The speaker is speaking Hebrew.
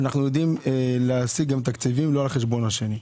אנו יודעים להשיג תקציבים לא על חשבון השני.